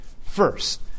First